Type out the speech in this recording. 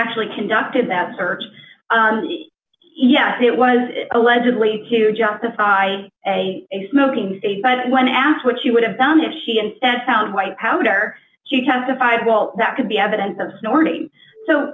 actually conducted that search yes it was allegedly to justify a smoking say by that when asked what you would have done if she instead found white powder she testified well that could be evidence of snorting so